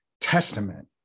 testament